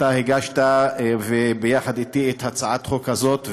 אתה הגשת ביחד אתי את הצעת החוק הזאת,